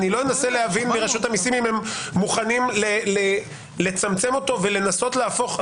אני לא אנסה מרשות המסים אם הם מוכנים לצמצם אותו ולנסות להפוך.